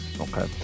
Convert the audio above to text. Okay